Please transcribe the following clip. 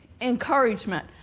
encouragement